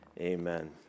Amen